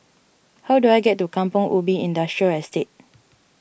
how do I get to Kampong Ubi Industrial Estate